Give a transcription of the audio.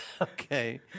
Okay